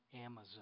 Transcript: Amazon